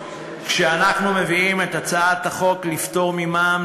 כשאנחנו מביאים את הצעת החוק לפטור ממע"מ